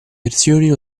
versioni